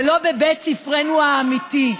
ולא בבית ספרנו האמיתי.